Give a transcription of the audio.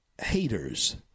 haters